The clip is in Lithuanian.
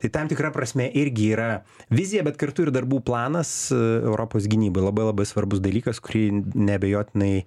tai tam tikra prasme irgi yra vizija bet kartu ir darbų planas europos gynybai labai labai svarbus dalykas kurį neabejotinai